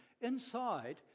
inside